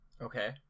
Okay